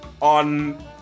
on